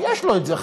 ויש לו את זה,